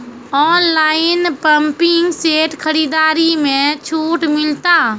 Online pumping set खरीदारी मे छूट मिलता?